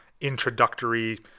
introductory